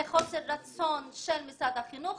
זה חוסר רצון של משרד החינוך.